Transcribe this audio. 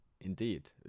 Indeed